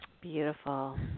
Beautiful